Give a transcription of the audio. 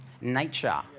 nature